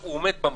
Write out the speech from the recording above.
הוא עומד במחסום.